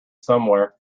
somewhere